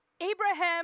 Abraham